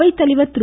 அவைத்தலைவா் திரு